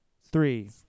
Three